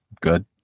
Good